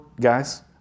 guys